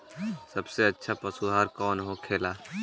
सबसे अच्छा पशु आहार कौन होखेला?